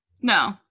no